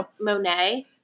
Monet